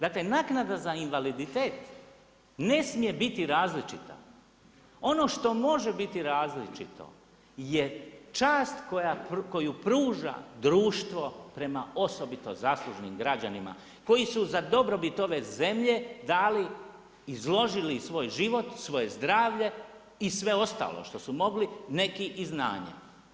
Dakle naknada za invaliditet ne smije biti različita, ono što može biti različito je čast koju pruža društvo prema osobito zaslužnim građanima koji su za dobrobit ove zemlje dali, izložili svoj život, svoje zdravlje i sve ostalo što su mogli, neki i znanje.